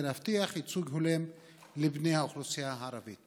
להבטיח ייצוג הולם לבני האוכלוסייה הערבית?